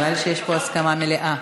נראה לי שיש פה הסכמה מלאה.